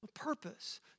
purpose